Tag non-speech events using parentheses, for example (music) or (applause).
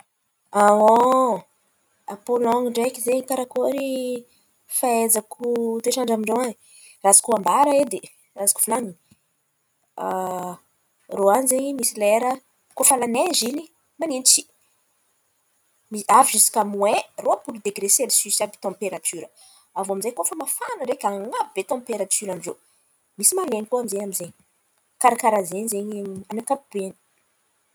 (hesitation) A Pôlôn̈y ndraiky zen̈y, karakôry fahaizako toetrandra amin-drô an̈y? Raha azoko ambara edy, raha azoko volan̈iny; (hesitation) rô an̈y zen̈y misy lera koa fa la neizy in̈y manintsy (hesitation) avy ziska moain rôpolo degre selsisy. Avô aminjay koa fa mafana an̈abo be tamperatioran-drô. Misy malen̈y koa zen̈y amy zen̈y. Kara karàha zen̈y ze amy ny ankapobeany.